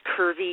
curvy